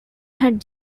had